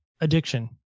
addiction